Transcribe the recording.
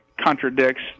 contradicts